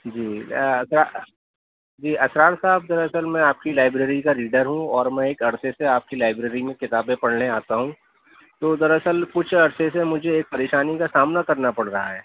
جی جی اسرار صاحب دراصل میں آپ کی لائبریری کا ریڈر ہوں اور میں ایک عرصے سے آپ کی لائبریری میں کتابیں پڑھنے آتا ہوں تو دراصل کچھ عرصے سے مجھے ایک پریشانی کا سامنا کرنا پڑ رہا ہے